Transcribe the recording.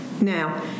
Now